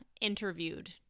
interviewed